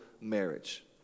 marriage